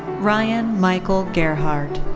ryan michael gerhart.